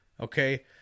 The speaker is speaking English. Okay